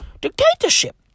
dictatorship